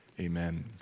amen